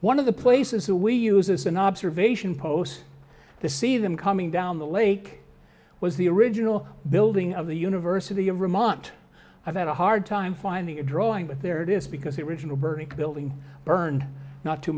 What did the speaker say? one of the places who we use as an observation post the see them coming down the lake was the original building of the university of vermont i've had a hard time finding a drawing but there it is because it written a burning building burned not too